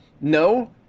No